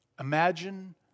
Imagine